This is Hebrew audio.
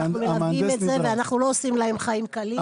אנחנו לומדים את זה ואנחנו לא עושים להם חיים קלים,